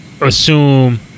assume